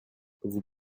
vous